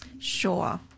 Sure